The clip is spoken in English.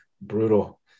brutal